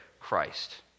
Christ